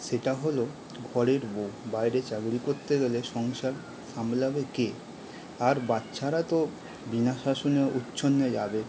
সেটা হলো ঘরের বউ বাইরে চাকরি করতে গেলে সংসার সামলাবে কে আর বাচ্চারা তো বিনা শাসনে উচ্ছন্নে যাবে